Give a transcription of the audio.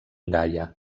gaia